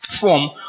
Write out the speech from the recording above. form